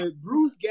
Bruce